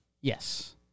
Yes